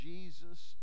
Jesus